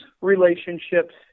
relationships